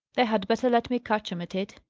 they had better let me catch em at it!